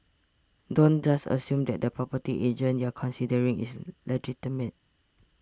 don't just assume that the property agent you're considering is legitimate